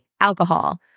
alcohol